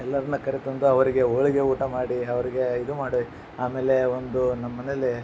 ಎಲ್ಲರನ್ನ ಕರೆ ತಂದು ಅವರಿಗೆ ಹೋಳಿಗೆ ಊಟ ಮಾಡಿ ಅವರಿಗೆ ಇದು ಮಾಡಿ ಆಮೇಲೆ ಒಂದು ನಮ್ಮನೇಲಿ